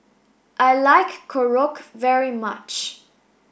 I like Korokke very much